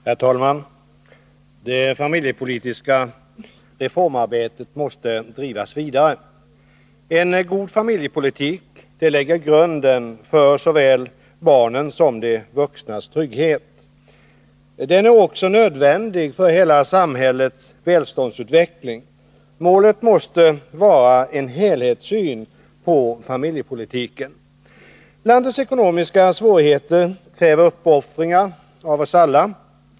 Herr talman! Det familjepolitiska reformarbetet måste drivas vidare. En god familjepolitik lägger grunden för såväl barnens som de vuxnas trygghet. Den är också nödvändig för hela samhällets välståndsutveckling. Målet måste vara en helhetssyn på familjepolitiken. Landets ekonomiska svårigheter kräver uppoffringar av oss alla.